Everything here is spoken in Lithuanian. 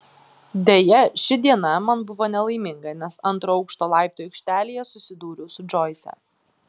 deja ši diena man buvo nelaiminga nes antro aukšto laiptų aikštelėje susidūriau su džoise